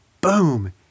boom